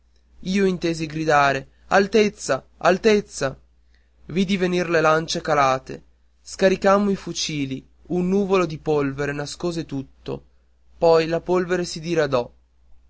io intesi gridare altezza altezza vidi venir le lancie calate scaricammo i fucili un nuvolo di polvere nascose tutto poi la polvere si diradò